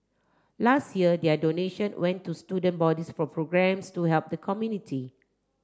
last year their donation went to student bodies for programmes to help the community